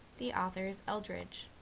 the author is eldridge.